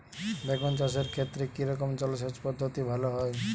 বেগুন চাষের ক্ষেত্রে কি রকমের জলসেচ পদ্ধতি ভালো হয়?